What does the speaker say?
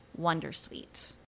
wondersuite